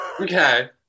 Okay